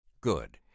Good